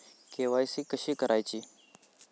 KYC कशी करायची?